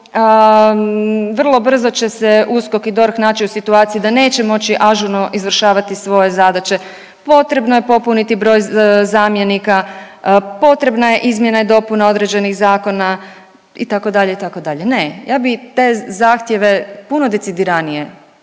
kažu vrlo brzo će se USKOK i DORH naći u situaciji da neće moći ažurno izvršavati svoje zadaće, potrebno je popuniti broj zamjenika, potrebna je izmjena i dopuna određenih zakona itd., itd.. Ne, ja bi te zahtjeve puno decidiranije sročila,